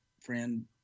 friend